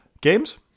Games